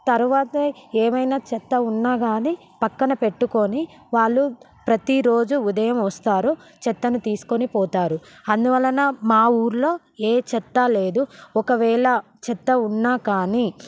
తరువాత ఏమయినా చెత్త ఉన్నా కాని పక్కన పెట్టుకోని వాళ్ళు ప్రతీ రోజు ఉదయం వస్తారు చెత్తను తీసుకొని పోతారు అందువలన మా ఊరిలో ఏ చెత్తా లేదు ఒకవేళ చెత్త ఉన్నా కాని